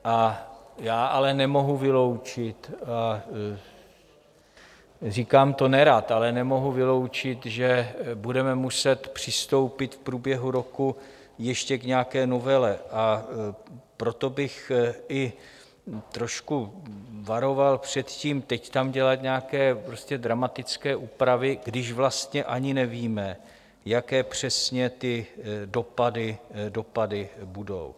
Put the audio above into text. A já ale nemohu vyloučit, a říkám to nerad, ale nemohu vyloučit, že budeme muset přistoupit v průběhu roku ještě k nějaké novele, a proto bych i trošku varoval před tím, teď tam dělat nějaké dramatické úpravy, když vlastně ani nevíme, jaké přesně ty dopady budou.